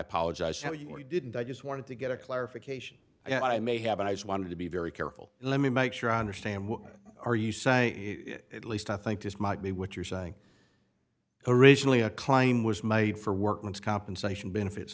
apologize how you didn't i just wanted to get a clarification i may have and i just wanted to be very careful and let me make sure i understand what are you saying at least i think this might be what you're saying originally a claim was made for workman's compensation benefits